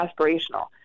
aspirational